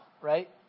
right